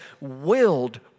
willed